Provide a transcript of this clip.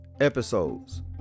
episodes